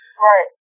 Right